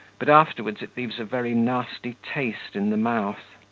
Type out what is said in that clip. but afterwards it leaves a very nasty taste in the mouth.